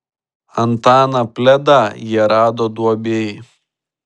antaną pledą jie rado duobėj